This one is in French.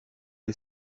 est